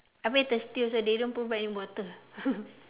I very thirsty also they don't provide any water